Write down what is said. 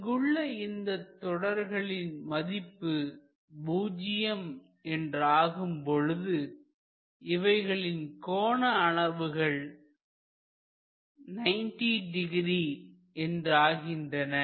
இங்கு உள்ள இந்தத் தொடர்களின் மதிப்பு பூஜ்யம் என்று ஆகும் பொழுதுஇவைகளின் கோண அளவுகள் 900 என்றாகின்றன